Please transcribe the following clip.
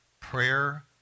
prayer